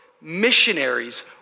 missionaries